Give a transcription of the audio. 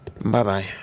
Bye-bye